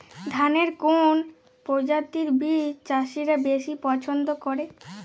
ধানের কোন প্রজাতির বীজ চাষীরা বেশি পচ্ছন্দ করে?